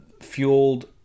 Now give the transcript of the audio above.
fueled